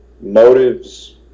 motives